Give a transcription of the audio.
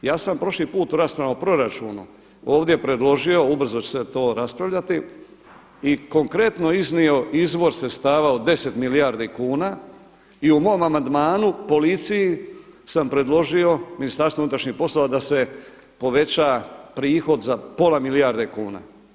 Ja sam prošli put raspravu o proračunu ovdje predložio, ubrzo će se to raspravljati i konkretno iznio izvor sredstava od deset milijardi kuna i u mom amandmanu policiji sam predložio, MUP-u da se poveća prihod za pola milijarde kuna.